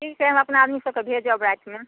ठीक छै अपना आदमी सबके भेजब रातिमे